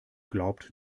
glaubt